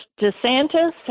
DeSantis